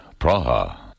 Praha